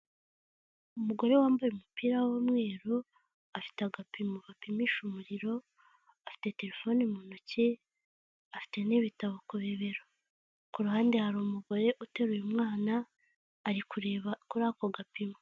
Umugore wambaye umupira w'umweru afite agapimo gapimisha umuriro, afite telefoni mu ntoki, afite nibitabo ku bibero, ku ruhande hari umugore uteruye umwana ari kureba kuri ako gapimo.